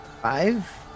Five